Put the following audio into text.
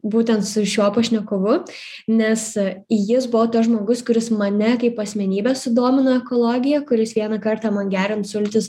būtent su šiuo pašnekovu nes jis buvo tas žmogus kuris mane kaip asmenybę sudomino ekologija kuris vieną kartą geriant sultis